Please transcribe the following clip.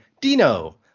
Dino